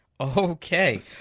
Okay